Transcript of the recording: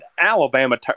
Alabama